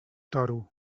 toro